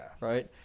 Right